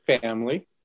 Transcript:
family